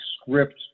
script